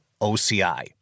OCI